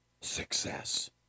success